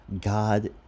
god